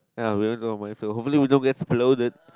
ya hopefully we don't exploded